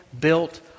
built